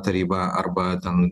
taryba arba ten